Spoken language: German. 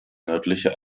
nördliche